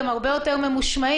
הם הרבה יותר ממושמעים.